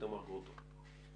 איתמר גרוטו.